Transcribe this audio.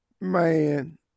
Man